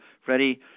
Freddie